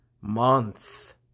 month